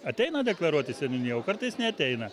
ateina deklaruot į seniūniją o kartais neateina